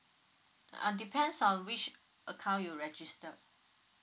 uh depends on which account you register